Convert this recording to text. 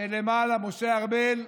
משה ארבל,